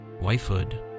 Wifehood